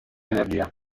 energia